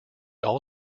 all